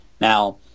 Now